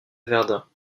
verdun